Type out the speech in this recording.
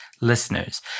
listeners